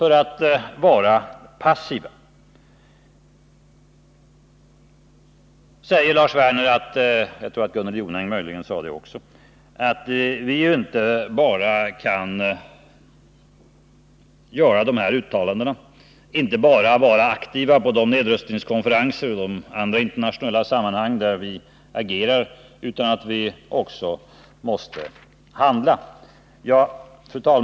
Lars Werner sade, och jag tror att möjligen Gunnel Jonäng också gjorde det, att vi inte bara kan göra dessa uttalanden, inte bara kan vara aktiva på de nedrustningskonferenser och i de andra internationella sammanhang, där vi agerar utan att vi också måste handla.